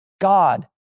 God